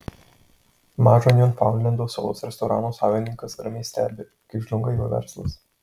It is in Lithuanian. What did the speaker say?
mažo niufaundlendo salos restorano savininkas ramiai stebi kaip žlunga jo verslas